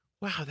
Wow